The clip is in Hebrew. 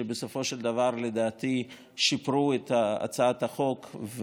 שבסופו של דבר לדעתי שיפרו את הצעת החוק,